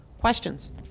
Questions